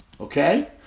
okay